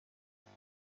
ممکن